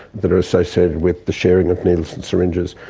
that are associated with the sharing of needles and syringes.